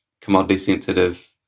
commodity-sensitive